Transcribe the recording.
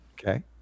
Okay